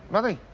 nothing.